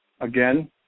again